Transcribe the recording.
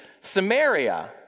Samaria